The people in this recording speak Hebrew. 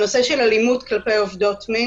הנושא של אלימות כלפי עובדות מין